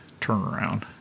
turnaround